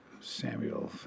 Samuel